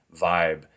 vibe